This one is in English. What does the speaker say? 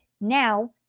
now